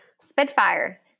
Spitfire